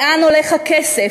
לאן הולך הכסף,